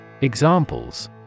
Examples